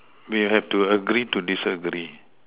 we have to agree to disagree